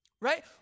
right